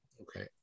Okay